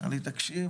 שאמר לי: תקשיב,